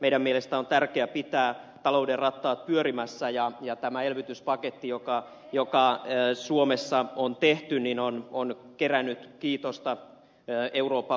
meidän mielestämme on tärkeää pitää talouden rattaat pyörimässä ja tämä elvytyspaketti joka suomessa on tehty on kerännyt kiitosta euroopan laajuisestikin